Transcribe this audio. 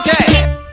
Okay